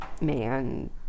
man